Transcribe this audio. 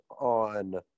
on